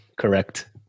Correct